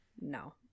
no